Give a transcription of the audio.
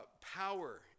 power